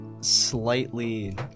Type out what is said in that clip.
Slightly